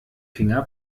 finger